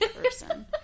person